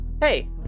hey